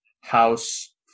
House